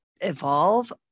evolve